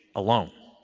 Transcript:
alone.